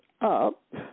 up